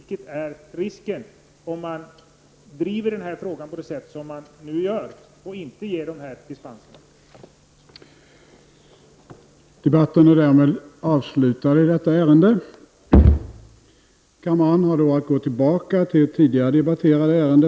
Men den risken finns om man fortsätter att driva frågan på det sätt som man nu gör och inte medger dispenserna i fråga.